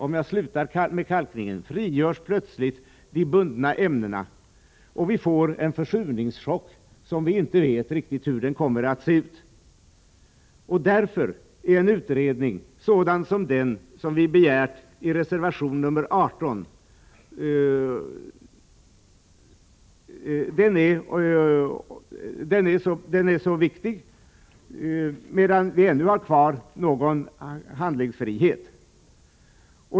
Om jag slutar med kalkningen frigörs plötsligt de bundna ämnena, och vi får en försurningschock, som vi inte riktigt vet hur den kommer att te sig. Därför är en utredning, sådan som den vi har begärt i reservation nr 18, så viktig, medan vi ännu har kvar någon handlingsfrihet.